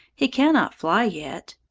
he cannot fly yet.